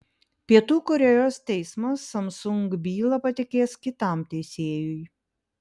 pietų korėjos teismas samsung bylą patikės kitam teisėjui